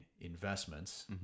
investments